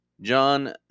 John